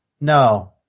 No